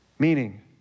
Meaning